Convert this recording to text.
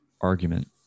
argument